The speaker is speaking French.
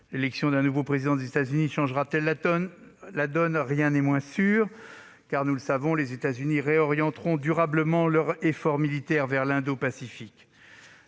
L'élection d'un nouveau président des États-Unis changera-t-elle la donne ? Rien n'est moins sûr, car, nous le savons, les États-Unis réorienteront durablement leur effort militaire vers l'Indopacifique.